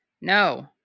No